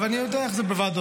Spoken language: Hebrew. אני יודע איך זה בוועדות,